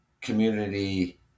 community